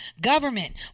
government